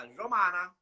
romana